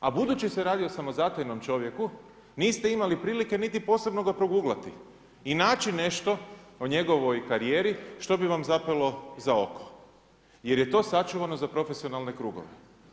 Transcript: A budući se radi o samozatajnom čovjeku, niste imali prilike niti posebno ga proguglati i naći nešto o njegovoj karijeri što bi vam zapelo za oko jer je to sačuvano za profesionalne krugove.